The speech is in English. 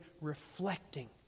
reflecting